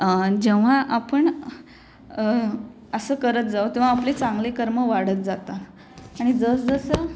जेव्हा आपण असं करत जाउ तेव्हा आपले चांगले कर्म वाढत जातात आणि जस जसं